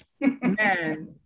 man